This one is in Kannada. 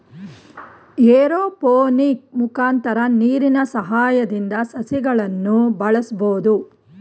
ಏರೋಪೋನಿಕ್ ಮುಖಾಂತರ ನೀರಿನ ಸಹಾಯದಿಂದ ಸಸಿಗಳನ್ನು ಬೆಳಸ್ಬೋದು